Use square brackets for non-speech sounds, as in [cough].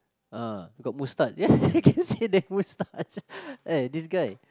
ah got mustache [laughs] I can see the mustache eh this guy